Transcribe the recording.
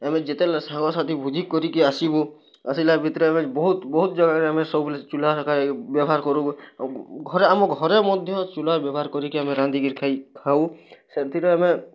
ଆମେ ଯେତେବେଲେ ସାଙ୍ଗ ସାଥି ଭୋଜି କରିକି ଆସିବୁ ଆସିଲା ଭିତରେ ଆମେ ବହୁତ ବହୁତ ଜାଗା ରେ ଆମେ ସବୁବେଲେ ଚୁଲା ବ୍ୟବହାର କରୁ ଆଉ ଘରେ ଆମ ଘରେ ମଧ୍ୟ ଚୁଲା ବ୍ୟବହାର କରିକି ଆମେ ରାନ୍ଧିକିରି ଖାଇ ଖାଉ ସେଥିରେ ଆମେ